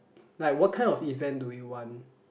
like what kind of event do we want